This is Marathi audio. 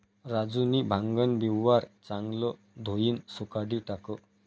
राजूनी भांगन बिवारं चांगलं धोयीन सुखाडी टाकं